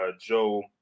Joe